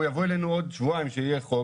הוא יבוא אלינו בעוד שבועיים כשיהיה חוק